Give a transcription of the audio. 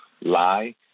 lie